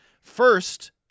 first